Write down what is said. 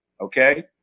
okay